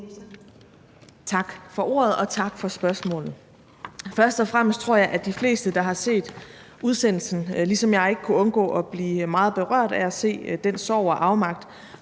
Tak for ordet. Og tak for spørgsmålet. Først og fremmest tror jeg, at de fleste, der så udsendelsen, ligesom jeg ikke kunne undgå at blive meget berørt af at se den sorg og afmagt,